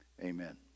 Amen